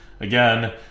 again